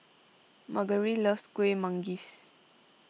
Margery loves Kuih Manggis